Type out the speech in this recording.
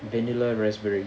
vanilla raspberry